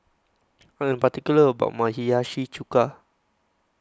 I Am particular about My Hiyashi Chuka